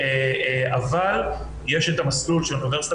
אבל יש את המסלול של האוניברסיטה